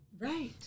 Right